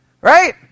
right